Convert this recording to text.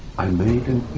i made an